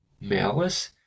malice